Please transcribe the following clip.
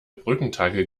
brückentage